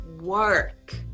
work